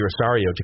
Rosario